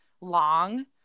long